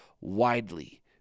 widely